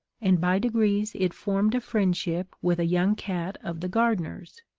and by degrees it formed a friendship with a young cat of the gardener's,